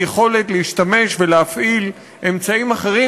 נלקחה ממנו היכולת להשתמש ולהפעיל אמצעים אחרים,